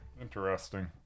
Interesting